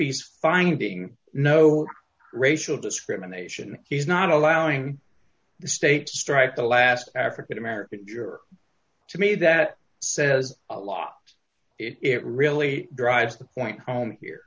he's finding no racial discrimination he's not allowing the state to strike the last african american juror to me that says a lot it really drives the point home here